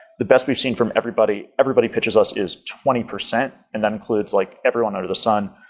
the best we've seen from everybody everybody pitches us is twenty percent and that includes like everyone out of the sun.